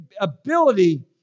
ability